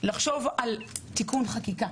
אפשר לחשוב על תיקון חקיקה,